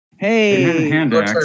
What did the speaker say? Hey